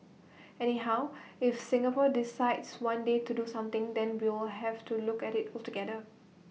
anyhow if Singapore decides one day to do something then we'll have to look at IT altogether